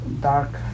dark